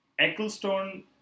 Ecclestone